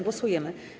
Głosujemy.